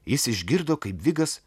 jis išgirdo kaip vigas